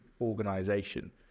organization